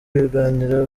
ibiganiro